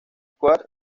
square